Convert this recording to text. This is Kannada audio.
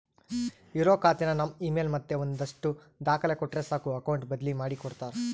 ಇರೋ ಖಾತೆನ ನಮ್ ಇಮೇಲ್ ಮತ್ತೆ ಒಂದಷ್ಟು ದಾಖಲೆ ಕೊಟ್ರೆ ಸಾಕು ಅಕೌಟ್ ಬದ್ಲಿ ಮಾಡಿ ಕೊಡ್ತಾರ